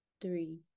three